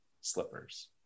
slippers